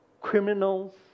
Criminals